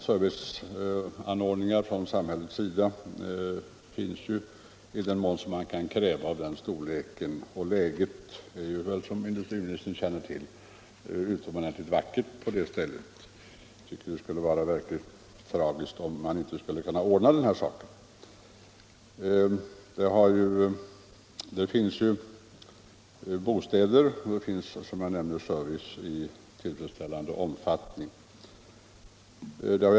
Serviceanordningar från samhällets sida finns ju i den mån man kan kräva det för ett samhälle av den storleken, och läget är, som industriministern känner till, utomordentligt vackert. Jag tycker det skulle vara mycket tragiskt om man inte lyckades trygga sysselsättningen. Det finns ju bostäder och, som jag nämnde, service i tillfredsställande omfattning.